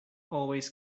always